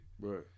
Right